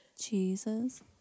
Jesus